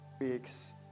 weeks